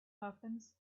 muffins